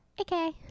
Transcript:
Okay